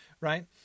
right